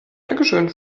dankeschön